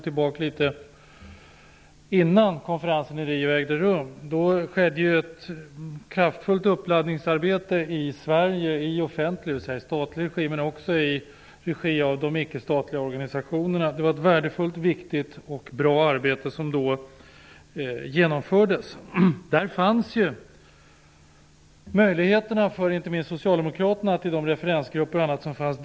Innan konferensen i Rio ägde rum pågick ett kraftfullt uppladdningsarbete i Sverig både i statlig regi och i regi av de icke-statliga organisationerna. Det var ett värdefullt, viktigt och bra arbete som då genomfördes. Det fanns ju möjligheter för inte minst socialdemokraterna att delta i arbetet genom de referensgrupper som fanns.